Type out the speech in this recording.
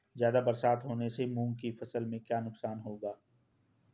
ज़्यादा बरसात होने से मूंग की फसल में क्या नुकसान होगा?